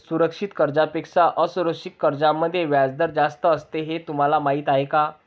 सुरक्षित कर्जांपेक्षा असुरक्षित कर्जांमध्ये व्याजदर जास्त असतो हे तुम्हाला माहीत आहे का?